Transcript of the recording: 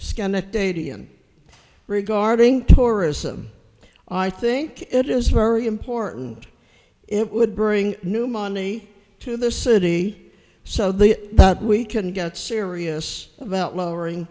scan it de ti in regarding tourism i think it is very important it would bring new money to the city so the that we can get serious about lowering